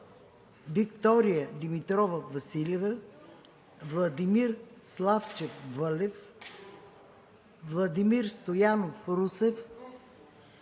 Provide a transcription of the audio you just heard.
Виктория Димитрова Василева - тук Владимир Славчев Вълев - тук Владимир Стоянов Русев